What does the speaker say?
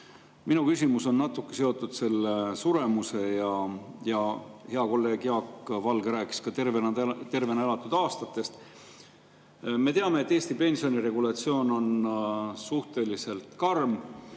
Minu küsimus on natuke seotud suremusega ja hea kolleeg Jaak Valge rääkis ka tervena elatud aastatest. Me teame, et Eesti pensioniregulatsioon on suhteliselt karm